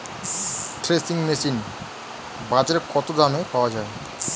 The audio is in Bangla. থ্রেসিং মেশিন বাজারে কত দামে পাওয়া যায়?